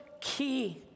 key